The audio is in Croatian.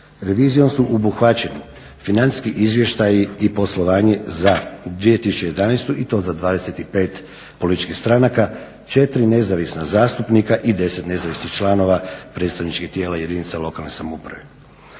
Revizijom su obuhvaćeni financijski izvještaji i poslovanje za 2011. i to za 25 političkih stranaka, 4 nezavisna zastupnika i 10 nezavisnih članova predstavničkih tijela jedinica lokalne samouprave.